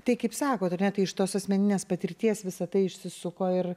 tai kaip sakote ar ne tai iš tos asmeninės patirties visa tai išsisuko ir